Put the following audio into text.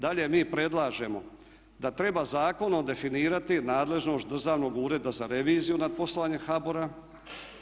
Dalje mi predlažemo da treba zakonom definirati nadležnost Državnog ureda za reviziju nad poslovanjem HBOR-a.